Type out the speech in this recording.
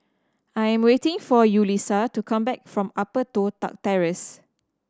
I am waiting for Yulissa to come back from Upper Toh Tuck Terrace